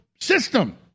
system